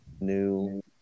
new